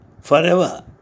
forever